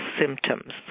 symptoms